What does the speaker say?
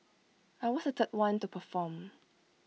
I was the third one to perform